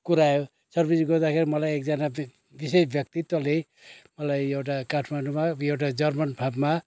कुरा आयो सर्भिस गर्दाखेरि मलाई एकजना विषय व्यक्तित्वले मलाई एउटा काठमाडौँमा एउटा मलाई जर्मन फार्ममा